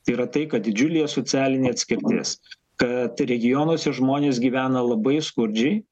tai yra tai kad didžiulė socialinė atskirtis kad regionuose žmonės gyvena labai skurdžiai